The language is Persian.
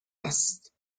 است